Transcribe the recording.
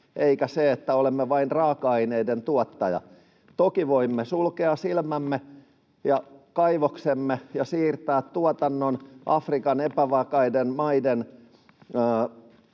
eikä niin, että olemme vain raaka-aineiden tuottaja. Toki voimme sulkea silmämme ja kaivoksemme ja siirtää tuotannon Afrikan epävakaiden maiden